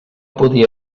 podia